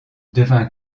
devient